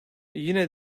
yine